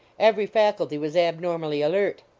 every faculty was abnormally alert.